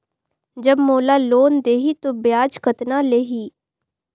जब मोला लोन देही तो ब्याज कतना लेही?